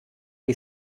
die